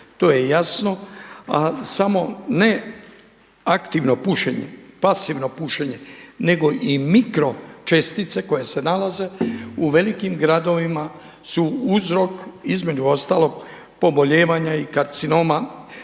To je jasno a samo ne aktivno pušenje, pasivno pušenje nego i mikro čestice koje se nalaze u velikim gradovima su uzrok između ostalog pobolijevanja i karcinoma